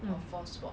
a while cause